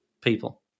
people